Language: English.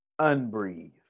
Unbreathe